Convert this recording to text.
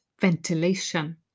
ventilation